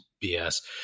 BS